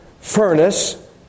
furnace